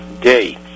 day